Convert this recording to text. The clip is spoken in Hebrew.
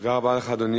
תודה רבה לך, אדוני